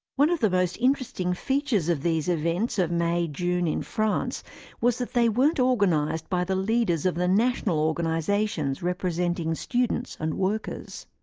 one of the most interesting features of these events of may june in france was that they weren't organised by the leaders of the national organisations representing students and workers.